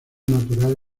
natural